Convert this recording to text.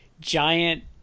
giant